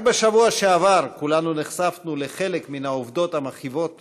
רק בשבוע שעבר כולנו נחשפנו לחלק מהעובדות המכאיבות